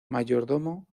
mayordomo